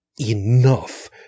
enough